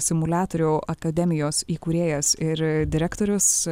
simuliatorių akademijos įkūrėjas ir direktorius